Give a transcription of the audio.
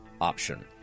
option